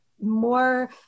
more